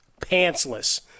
pantsless